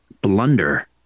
Blunder